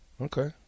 Okay